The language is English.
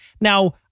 Now